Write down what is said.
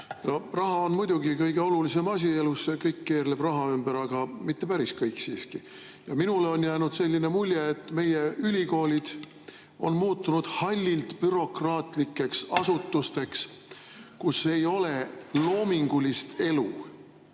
Raha on muidugi kõige olulisem asi elus, kõik keerleb raha ümber. Aga mitte päris kõik siiski. Minule on jäänud selline mulje, et meie ülikoolid on muutunud hallilt bürokraatlikeks asutusteks, kus ei ole loomingulist elu.